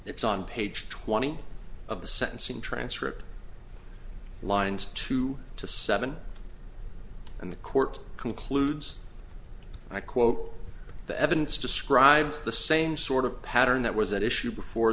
it's on page twenty of the sentencing transcript lines two to seven and the court concludes i quote the evidence describes the same sort of pattern that was at issue before